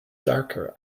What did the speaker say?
darker